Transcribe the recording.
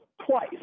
twice